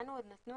לנו עוד נתנו